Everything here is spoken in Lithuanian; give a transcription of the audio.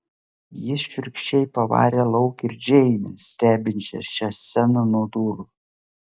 jis šiurkščiai pavarė lauk ir džeinę stebinčią šią sceną nuo durų